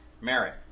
merit